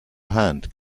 hand